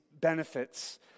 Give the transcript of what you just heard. benefits